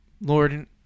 Lord